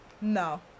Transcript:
No